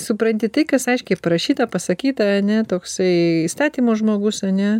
supranti tai kas aiškiai parašyta pasakyta ane toksai įstatymo žmogus ane